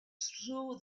through